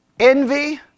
Envy